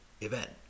event